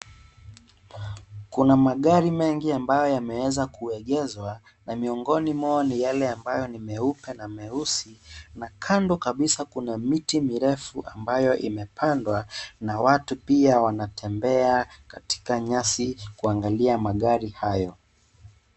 Kuna magari mengi ambayo yameweza kuegeshwa na miongoni mwao, ni yale ambayo ni meupe na meusi na kando kabisa, kuna miti mirefu, ambayo imepandwa na watu pia wanatembea katika nyasi kuangalia magari hayo.